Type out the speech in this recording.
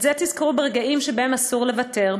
את זה תזכרו ברגעים שבהם אסור לוותר,